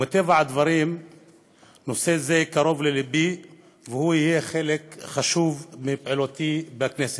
ומטבע הדברים נושא זה קרוב ללבי והוא יהיה חלק חשוב בפעילותי בכנסת.